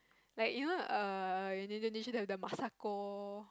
like you know err in Indonesia they have the Masako